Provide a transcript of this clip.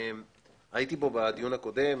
הייתי פה בדיון הקודם